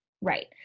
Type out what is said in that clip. Right